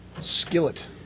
skillet